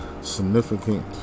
significant